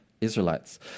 Israelites